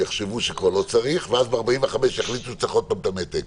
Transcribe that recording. ואם זה אי עטית מסיכות.